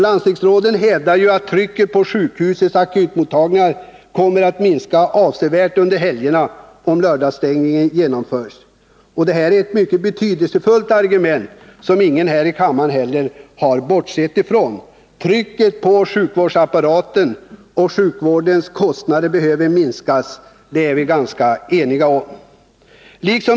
Landstingsråden hävdar att trycket på sjukhusens akutmottagningar kommer att minska avsevärt under helgerna, om lördagsstängningen genomförs. Det är ett mycket betydelsefullt argument som ingen här i kammaren heller har bortsett ifrån. Trycket på sjukvårdsapparaten och sjukvårdens kostnader behöver minskas — det är vi ganska eniga om.